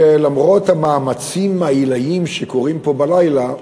כי למרות המאמצים העילאיים שקורים פה בלילה,